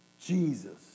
Jesus